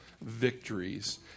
victories